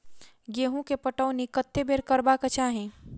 गेंहूँ केँ पटौनी कत्ते बेर करबाक चाहि?